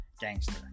gangster